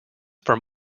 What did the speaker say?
from